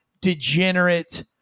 degenerate